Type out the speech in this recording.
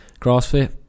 CrossFit